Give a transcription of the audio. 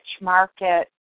market